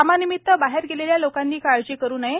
कामानिमित्त बाहेर गेलेल्या लोकांनी काळजी करू नये